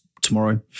tomorrow